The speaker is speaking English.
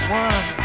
one